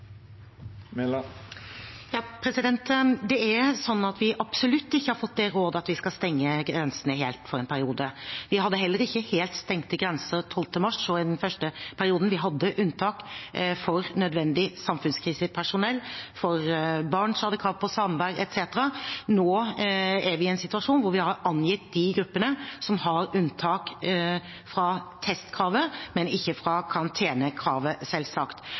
ikke fått det rådet at vi skal stenge grensene helt for en periode. Vi hadde heller ikke helt stengte grenser 12. mars og i den første perioden – vi hadde unntak for nødvendig samfunnskritisk personell, for barn som hadde krav på samvær, etc. Nå er vi i en situasjon hvor vi har angitt de gruppene som har unntak fra testkravet, men ikke fra karantenekravet,